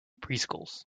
preschools